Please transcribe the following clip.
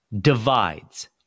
divides